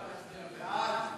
ההצעה להעביר